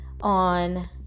on